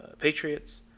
Patriots